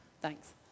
thanks